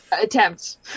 Attempts